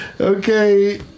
Okay